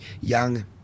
young